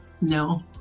no